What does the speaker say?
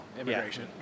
Immigration